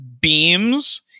beams